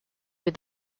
with